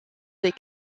des